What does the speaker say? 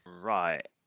Right